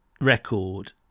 record